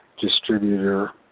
distributor